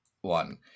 one